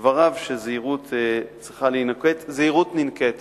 דבריו שזהירות צריכה להינקט, וזהירות ננקטת.